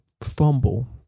fumble